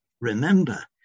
remember